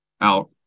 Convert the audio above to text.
out